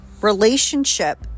relationship